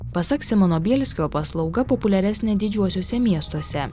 pasak simono bielskio paslauga populiaresnė didžiuosiuose miestuose